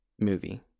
movie